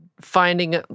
finding